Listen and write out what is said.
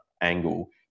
angle